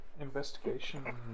Investigation